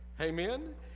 amen